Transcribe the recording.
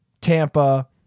tampa